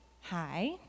hi